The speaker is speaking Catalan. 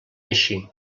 així